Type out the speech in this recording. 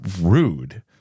rude